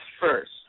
first